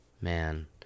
Man